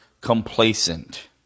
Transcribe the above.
complacent